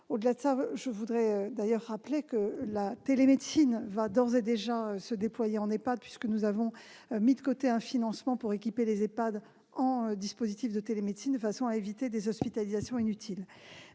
D'ailleurs, je veux rappeler que la télémédecine va d'ores et déjà se déployer en EHPAD, puisque nous avons mis de côté un financement pour équiper les EHPAD en dispositifs de télémédecine, afin d'éviter des hospitalisations inutiles.